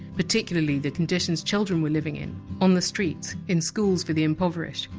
particularly the conditions children were living in on the streets, in schools for the impoverished,